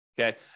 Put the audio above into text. Okay